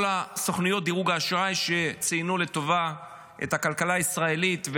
כל סוכנויות דירוג האשראי שציינו לטובה את הכלכלה הישראלית.